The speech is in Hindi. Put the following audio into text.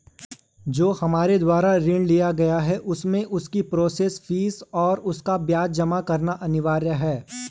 जो हमारे द्वारा ऋण लिया गया है उसमें उसकी प्रोसेस फीस और ब्याज जमा करना अनिवार्य है?